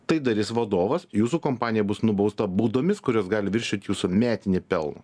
tai darys vadovas jūsų kompanija bus nubausta baudomis kurios gali viršyt jūsų metinį pelną